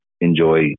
enjoy